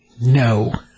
No